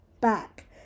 back